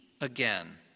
again